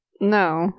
No